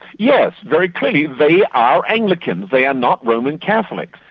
yes, very clearly they are anglicans, they are not roman catholics.